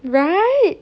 right